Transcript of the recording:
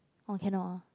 oh cannot ah